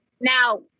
Now